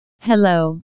hello